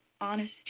honesty